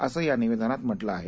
असं या निवेदनात म्हटलं आहे